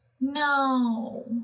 No